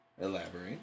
Elaborate